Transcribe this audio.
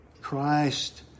Christ